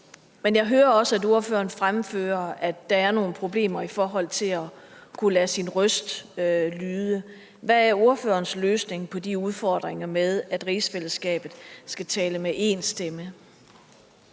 Men jeg hører også, at ordføreren fremfører, at der er nogle problemer i forhold til at kunne lade sin røst lyde. Hvad er ordførerens løsning på de udfordringer med, at rigsfællesskabet skal tale med én stemme?